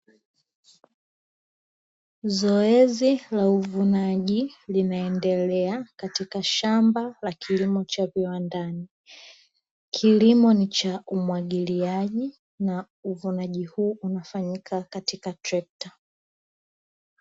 Zoezi la uvunaji linaendelea katika shamba la kilimo cha viwandani, kilimo ni cha umwagiliaji na uvunaji huu unafanyika katika trekta.